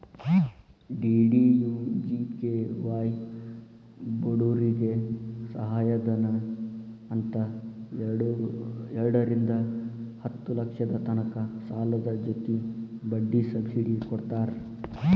DDUGKY ಬಡೂರಿಗೆ ಸಹಾಯಧನ ಅಂತ್ ಎರಡರಿಂದಾ ಹತ್ತ್ ಲಕ್ಷದ ತನಕ ಸಾಲದ್ ಜೊತಿ ಬಡ್ಡಿ ಸಬ್ಸಿಡಿ ಕೊಡ್ತಾರ್